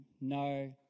No